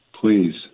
please